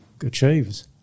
achieves